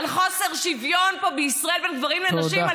על חוסר שוויון פה בישראל בין גברים לנשים?